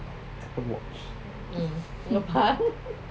watch